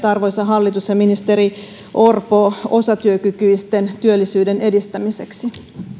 arvoisa hallitus ja ministeri orpo osatyökykyisten työllisyyden edistämiseksi